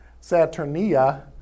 Saturnia